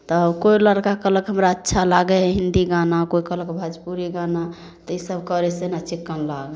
तऽ कोइ लड़का कहलक हमरा अच्छा लागै हइ हिंदी गाना कोइ कहलक भोजपुरी गाना तऽ इसभ करयसँ ने चिक्कन लागल